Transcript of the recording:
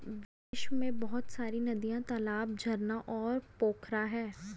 विश्व में बहुत सारी नदियां, तालाब, झरना और पोखरा है